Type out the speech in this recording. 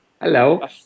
Hello